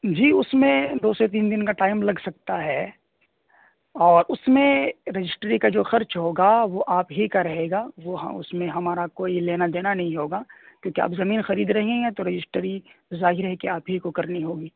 جی اس میں دو سے تین دن کا ٹائم لگ سکتا ہے اور اس میں رجسٹری کا جو خرچ ہوگا وہ آپ ہی کا رہے گا وہ اس میں ہمارا کوئی لینا دینا نہیں ہوگا کیونکہ آپ زمین خرید رہی ہیں تو رجسٹری ظاہر ہے کہ آپ ہی کو کرنی ہوگی